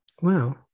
Wow